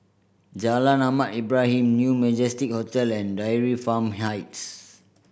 Jalan Ahmad Ibrahim New Majestic Hotel and Dairy Farm Heights